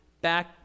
back